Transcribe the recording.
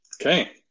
Okay